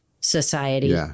society